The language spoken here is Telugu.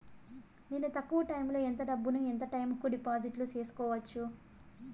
నేను తక్కువ టైములో ఎంత డబ్బును ఎంత టైము కు డిపాజిట్లు సేసుకోవచ్చు?